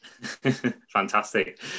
Fantastic